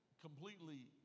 completely